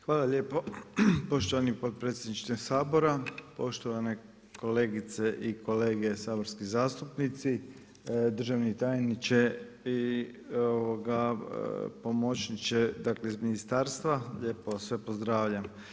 Hvala lijepo poštovani potpredsjedniče Sabora, poštovane kolegice i kolege saborski zastupnici, državni tajniče i pomoćniče ministarstva, lijepo vas sve pozdravljam.